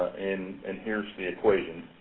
and and here's the equation.